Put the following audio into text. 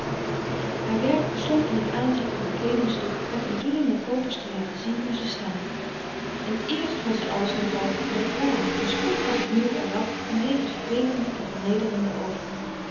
haar werk bestond in t aantrekken van kleeding stukken met de bedoeling den koopers te laten zien hoe ze staan in t eerst vond zij alles nog al merkwaardig maar spoedig was het nieuw er af en bleef het vervelende en vernederende over